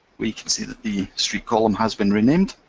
we can see that the street column has been renamed,